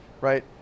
Right